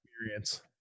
experience